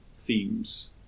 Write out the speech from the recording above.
themes